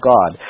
God